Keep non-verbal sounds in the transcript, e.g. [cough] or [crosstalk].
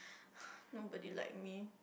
[breath] nobody like me